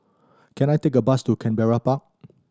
can I take a bus to Canberra Park